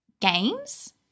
games